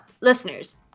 listeners